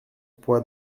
poids